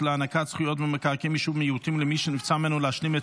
זכויות במקרקעין ביישוב מיעוטים למי שנבצר ממנו להשלים את